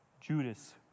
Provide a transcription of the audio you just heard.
Judas